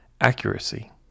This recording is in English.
accuracy